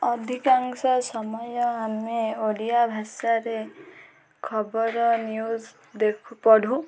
ଅଧିକାଂଶ ସମୟ ଆମେ ଓଡ଼ିଆ ଭାଷାରେ ଖବର ନ୍ୟୁଜ୍ ଦେଖୁ ପଢ଼ୁ